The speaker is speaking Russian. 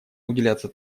уделяться